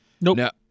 Nope